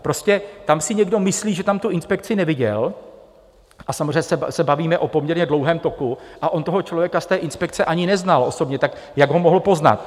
Prostě tam si někdo myslí, že tam tu inspekci neviděl, a samozřejmě se bavíme o poměrně dlouhém toku a on toho člověka z té inspekce ani neznal osobně, tak jak ho mohl poznat?